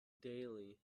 daily